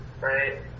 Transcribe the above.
right